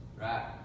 right